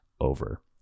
over